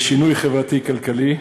לשינוי חברתי-כלכלי,